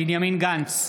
בנימין גנץ,